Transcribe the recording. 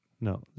No